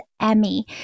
Emmy